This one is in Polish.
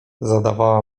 zadawała